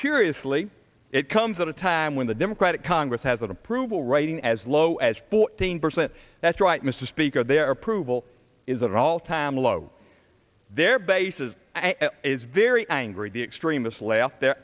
curiously it comes at a time when the democratic congress has an approval rating as low as fourteen percent that's right mr speaker their approval is that all time low their bases is very angry the extremists lay out they're